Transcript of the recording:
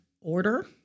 order